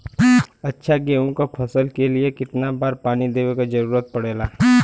अच्छा गेहूँ क फसल के लिए कितना बार पानी देवे क जरूरत पड़ेला?